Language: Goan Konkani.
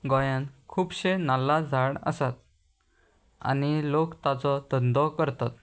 गोंयान खुबशे नाल्ला झाड आसात आनी लोक ताचो धंदो करतात